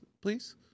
Please